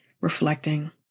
reflecting